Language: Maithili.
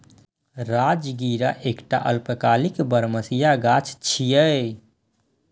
राजगिरा एकटा अल्पकालिक बरमसिया गाछ छियै